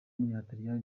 w’umutaliyani